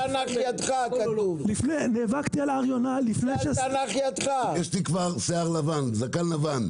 -- יש לי כבר זקן לבן.